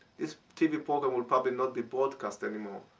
this tv program will probably not be broadcast anymore.